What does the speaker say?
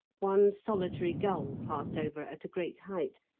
one solitary gull passed over at a great height,